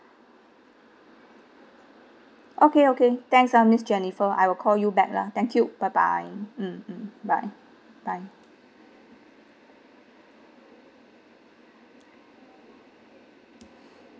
okay okay thanks ah miss jennifer I will call you back lah thank you bye bye mm mm bye bye